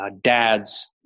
dads